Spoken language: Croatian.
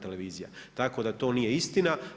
Tako da to nije istina.